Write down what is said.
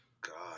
God